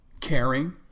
caring